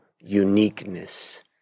uniqueness